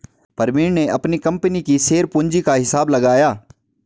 प्रवीण ने अपनी कंपनी की शेयर पूंजी का हिसाब लगाया